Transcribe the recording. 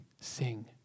sing